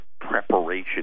preparation